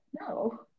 No